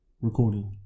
recording